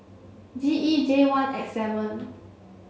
G E J one X seven